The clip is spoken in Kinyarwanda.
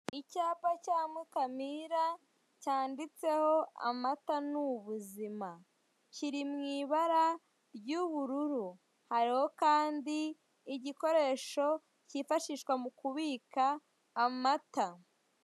Icyapa cya Mukamira cyanditseho amata ni ubuzima, kiri mu ibara ry'ubururu, hariho kandi igikoresho cyifashishwa mu kubika amata.